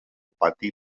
pati